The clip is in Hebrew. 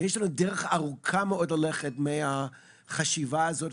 יש לנו דרך ארוכה מאוד ללכת מהחשיבה הזו,